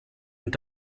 und